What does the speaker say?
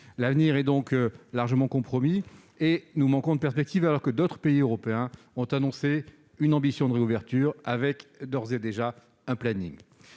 L'avenir est donc largement compromis, et nous manquons de perspective, alors que d'autres pays européens ont exprimé leur ambition de rouvrir et d'ores et déjà élaboré un planning.